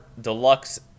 Deluxe